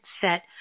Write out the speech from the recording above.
set